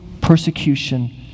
persecution